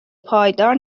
پایدار